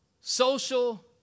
social